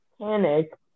panic